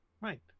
right